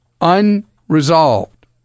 unresolved